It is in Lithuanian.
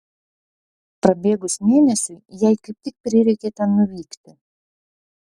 prabėgus mėnesiui jai kaip tik prireikė ten nuvykti